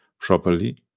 properly